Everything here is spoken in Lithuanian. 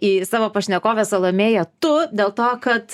į savo pašnekovę salomėja tu dėl to kad